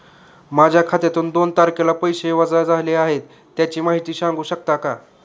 माझ्या खात्यातून दोन तारखेला पैसे वजा झाले आहेत त्याची माहिती सांगू शकता का?